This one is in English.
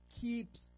keeps